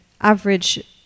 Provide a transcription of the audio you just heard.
average